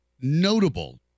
notable